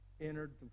entered